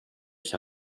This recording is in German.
ich